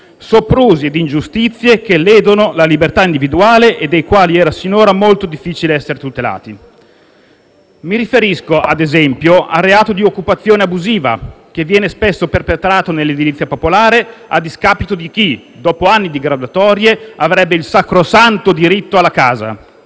Soprusi ed ingiustizie che ledono la libertà individuale e dai quali era sinora molto difficile essere tutelati. Mi riferisco, ad esempio, al reato di occupazione abusiva, che viene spesso perpetrato nell'edilizia popolare a discapito di chi, dopo anni di graduatorie, avrebbe il sacrosanto diritto alla casa.